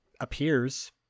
appears